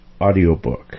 audiobook